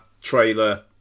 trailer